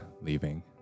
leaving